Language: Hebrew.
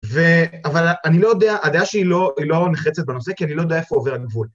ו.. אבל אני לא יודע, הדעה שלי היא לא, היא נחרצת בנושא, כי אני לא יודע איפה עובר הגבול.